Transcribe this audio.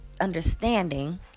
understanding